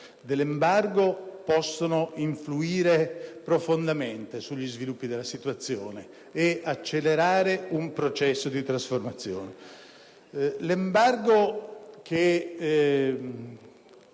dell'embargo potranno influire profondamente sugli sviluppi della situazione ed accelerare un processo di trasformazione. L'embargo che